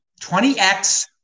20x